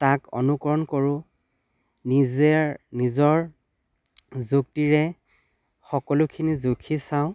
তাক অনুকৰণ কৰোঁ নিজেৰ নিজৰ যুক্তিৰে সকলোখিনি জুখি চাওঁ